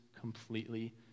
completely